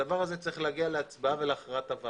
הדבר הזה צריך להגיע להצבעת הוועדה.